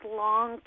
long